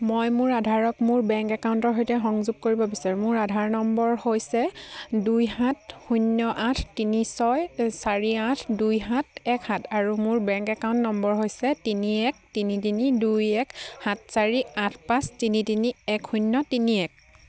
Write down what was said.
মই মোৰ আধাৰক মোৰ বেংক একাউণ্টৰ সৈতে সংযোগ কৰিব বিচাৰোঁ মোৰ আধাৰ নম্বৰ হৈছে দুই সাত শূন্য আঠ তিনি ছয় চাৰি আঠ দুই সাত এক সাত আৰু মোৰ বেংক একাউণ্ট নম্বৰ হৈছে তিনি এক তিনি তিনি দুই এক সাত চাৰি আঠ পাঁচ তিনি তিনি এক শূন্য তিনি এক